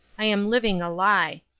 i am living a lie.